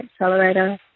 accelerator